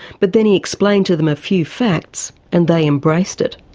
but then he explained to them a few facts and they embraced it.